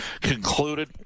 concluded